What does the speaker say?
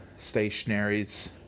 stationaries